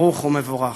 ברוך ומבורך.